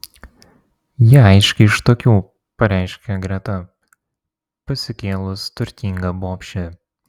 ji aiškiai iš tokių pareiškė greta pasikėlus turtinga bobšė